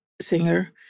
singer